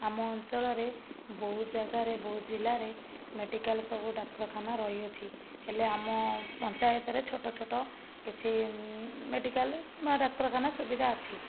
ଆମ ଅଞ୍ଚଳରେ ବହୁତ ଜାଗାରେ ବହୁତ ଜିଲ୍ଲାରେ ମେଡ଼ିକାଲ ସବୁ ଡାକ୍ତରଖାନା ରହିଅଛି ହେଲେ ଆମ ପଞ୍ଚାୟତରେ ଛୋଟ ଛୋଟ କିଛି ମେଡ଼ିକାଲ ବା ଡାକ୍ତରଖାନା ସୁବିଧା ଅଛି